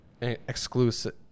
exclusive